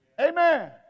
Amen